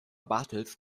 bartels